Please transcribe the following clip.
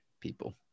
people